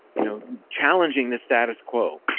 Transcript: you know challenging the status quo.